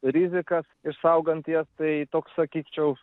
rizikas išsaugant jas tai toks sakyčiau